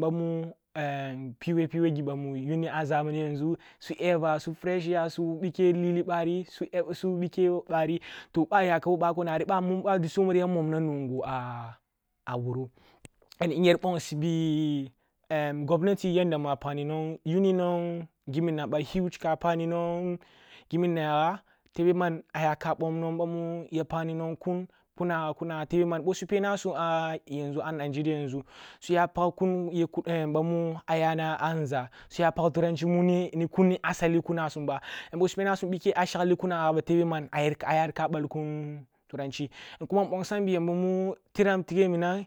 bhamu piwe-piwe ghi ba mu yunni a zamani yan zu, su eva, su freshier, su bike lili baris u- su bike bari, toh ba’aya kam ko wo bako nari ba’amun-ba’adussomur ya mum na nungo a wuro. inyer bonsibi gouenati muwa pagni nwong, yuni nwong ba huge ka pagni nwong giminana yagha tebe man, ayaka bom numb bamu ya pagni nwong kun-kunaga-kunaga tebe man ъo su penasum a yamzu a nigeria yanzu suya pag kun bamu aya nza, suya pag turanchi muniye ni kun ni asale kuna sumba ъosu penasum ъike a shaglee kumaga ba tebe man ayer-ayar ka balkun turanchi, kuma nъongsam bi yamba mutram tighe minam